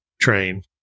train